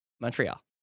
Montreal